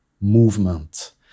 movement